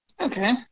Okay